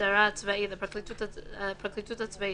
למשטרה הצבאית, לפרקליטות הצבאית,